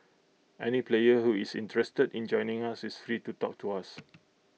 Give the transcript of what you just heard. any player who is interested in joining us is free to talk to us